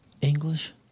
English